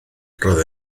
roedd